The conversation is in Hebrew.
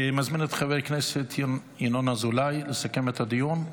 אני מזמין את חבר הכנסת ינון אזולאי לסכם את הדיון.